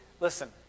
listen